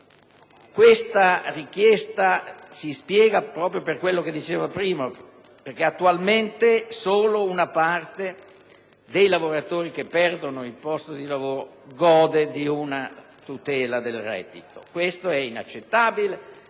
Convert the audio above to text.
Questa richiesta si spiega proprio per quanto detto prima. Attualmente solo una parte dei lavoratori che perde il posto di lavoro gode di una tutela del reddito. Questo è inaccettabile.